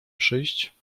przyjść